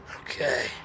Okay